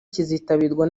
kizitabirwa